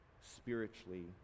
spiritually